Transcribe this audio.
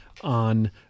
on